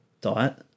diet